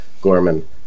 Gorman